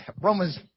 Romans